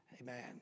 Amen